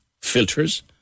filters